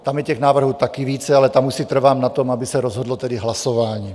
Tam je těch návrhů také více, ale tam už si trvám na tom, aby se rozhodlo tedy hlasováním.